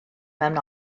mewn